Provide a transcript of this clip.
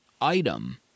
item